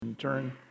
turn